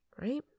right